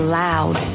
loud